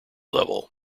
level